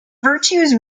virtues